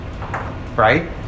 Right